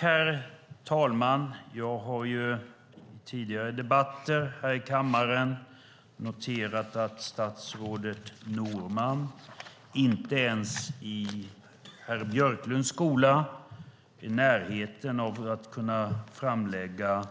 Herr talman! Jag har i tidigare debatter här i kammaren noterat att statsrådet Norman inte ens i herr Björklunds skola är i närheten av att kunna framlägga